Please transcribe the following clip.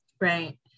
Right